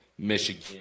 Michigan